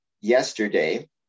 yesterday